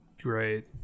great